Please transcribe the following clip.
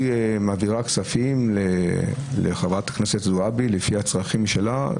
מעבירה כספים לחברת הכנסת זועבי לפי הצרכים שלה,